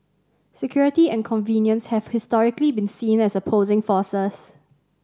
security and convenience have historically been seen as opposing forces